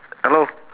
hello